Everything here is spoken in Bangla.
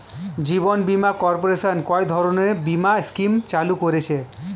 জীবন বীমা কর্পোরেশন কয় ধরনের বীমা স্কিম চালু করেছে?